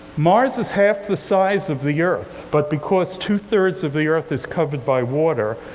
mars is half the size of the earth, but because two-thirds of the earth is covered by water,